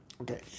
Okay